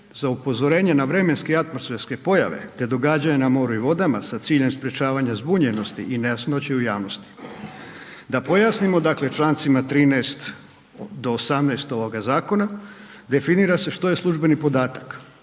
za upozorenje na vremenske i atmosferske pojave te događanja na moru i vodama sa ciljem sprječavanja zbunjenosti i nejasnoće u javnosti. Da pojasnimo, dakle Člancima 13. do 18. ovoga zakona definira se što je službeni podatak,